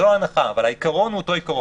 זאת ההנחה, אבל העיקרון הוא אותו עיקרון.